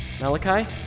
Malachi